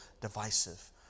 divisive